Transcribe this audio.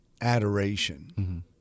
adoration